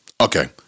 okay